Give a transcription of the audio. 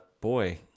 boy